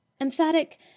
Emphatic